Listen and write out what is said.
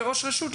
כראש הרשות,